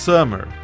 Summer